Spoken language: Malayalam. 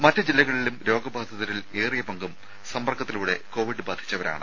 മറ്റു ജില്ലകളിലും രോഗബാധിതരിൽ ഏറിയ പങ്കും സമ്പർക്കത്തിലൂടെ കോവിഡ് ബാധിച്ചവരാണ്